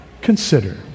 Consider